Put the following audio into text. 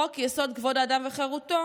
חוק-יסוד: כבוד האדם וחירותו